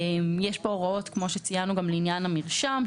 יש פה הוראות, כמו שציינו, גם לעניין המרשם.